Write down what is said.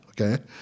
Okay